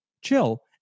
chill